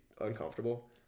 uncomfortable